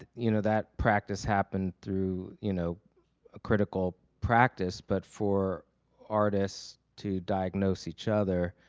that you know that practice happened through you know a critical practice but for artists to diagnose each other